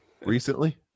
Recently